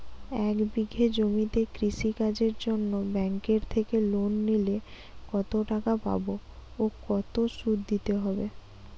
এক বিঘে জমিতে কৃষি কাজের জন্য ব্যাঙ্কের থেকে লোন নিলে কত টাকা পাবো ও কত শুধু দিতে হবে?